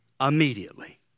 immediately